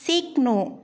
सिक्नु